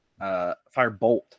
firebolt